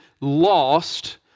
lost